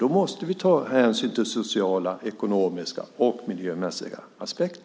Då måste vi ta hänsyn till sociala, ekonomiska och miljömässiga aspekter.